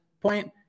point